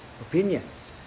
opinions